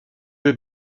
had